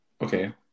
okay